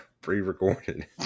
Pre-recorded